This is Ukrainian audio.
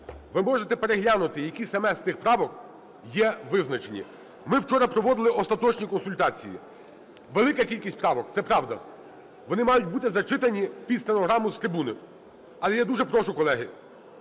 Ви можете переглянути, які саме з тих правок є визначені. Ми вчора проводити остаточні консультації. Велика кількість правок – це правда. Вони мають бути зачитані під стенограму з трибуни. Але я дуже прошу, колеги,